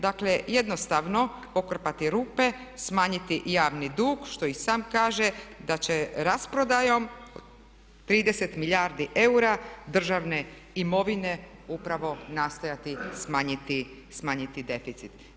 Dakle, jednostavno pokrpati rupe, smanjiti javni dug što i sam kaže da će rasprodajom 30 milijardi eura državne imovine upravo nastojati smanjiti deficit.